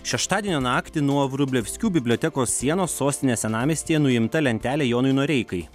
šeštadienio naktį nuo vrublevskių bibliotekos sienos sostinės senamiestyje nuimta lentelė jonui noreikai